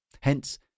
Hence